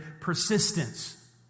persistence